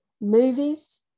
movies